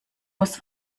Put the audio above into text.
muss